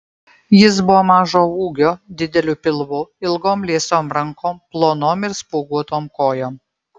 jis buvo mažo ūgio dideliu pilvu ilgom liesom rankom plonom ir spuoguotom kojom